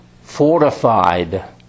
fortified